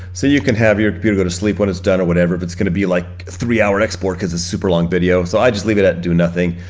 so you can have your computer go to sleep when it's done or whatever but it's gonna be like three-hour export cause a super long video, so i just leave it at do nothing.